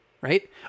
right